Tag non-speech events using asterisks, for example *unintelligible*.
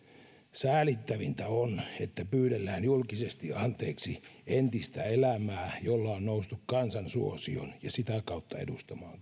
säälittävintä on että pyydellään julkisesti anteeksi entistä elämää jolla on noustu kansan suosioon ja sitä kautta edustamaan *unintelligible*